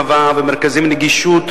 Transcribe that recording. רבותי חברי הכנסת,